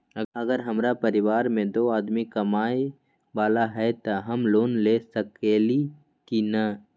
अगर हमरा परिवार में दो आदमी कमाये वाला है त हम लोन ले सकेली की न?